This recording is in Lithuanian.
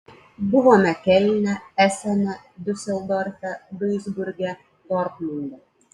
buvome kelne esene diuseldorfe duisburge dortmunde